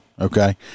okay